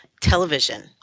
television